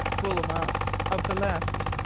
bourlamaque of the left.